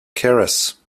keras